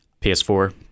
PS4